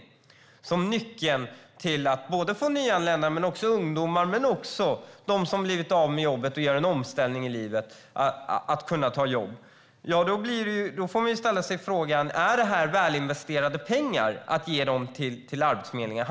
Det handlade då om vad som är nyckeln till att få nyanlända, ungdomar och dem som har blivit av med jobbet att göra en omställning i livet och kunna ta jobb. Man måste ställa sig frågan: Är det välinvesterade pengar när man ger dem till Arbetsförmedlingen?